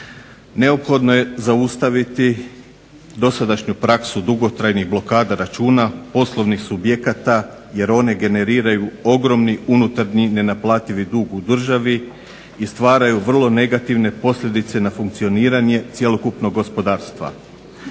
Neophodno je zaustaviti dosadašnju praksu dugotrajnih blokada računa poslovnih subjekata jer one generiraju ogromni unutarnji nenaplativi dug u državi i stvaraju vrlo negativne posljedice na funkcioniranje cjelokupnog gospodarstva.